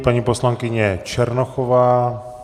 Paní poslankyně Černochová.